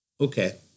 okay